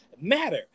Matter